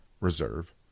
reserve